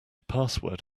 password